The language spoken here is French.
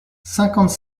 cinquante